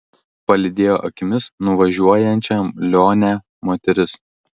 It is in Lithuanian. palydėjo akimis nuvažiuojančią lionę moteris